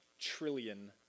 trillion